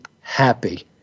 happy